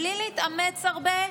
בלי להתאמץ הרבה,